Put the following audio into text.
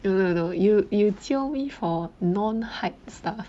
no no no you you jio me for non hype stuff